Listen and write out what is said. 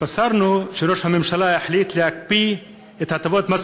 התבשרנו שראש הממשלה החליט להקפיא את הטבות מס